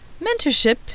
Mentorship